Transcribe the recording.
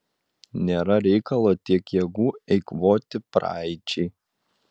nėra reikalo tiek jėgų eikvoti praeičiai